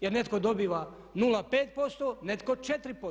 Jer netko dobiva 0,5% netko 4%